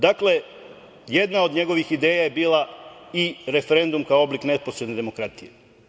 Dakle, jedna od njegovih ideja je bila i referendum, kao oblik neposredne demokratije.